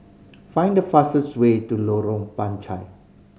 find the fastest way to Lorong Panchar